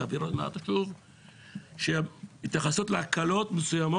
ותעביר עוד מעט שוב התייחסות להקלות מסוימות